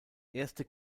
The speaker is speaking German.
erste